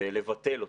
ולבטל אותו.